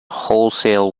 wholesale